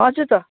हजुर त